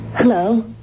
Hello